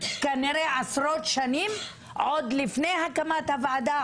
כנראה עשרות שנים עוד לפני הקמת הוועדה,